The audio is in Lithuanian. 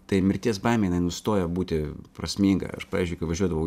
tai mirties baimė jinai nustoja būti prasminga aš pavyzdžiui kai važiuodavau